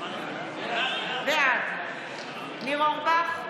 בעד ניר אורבך,